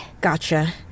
Gotcha